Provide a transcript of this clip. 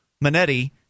manetti